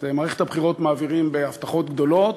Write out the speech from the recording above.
את מערכת הבחירות מעבירים בהבטחות גדולות,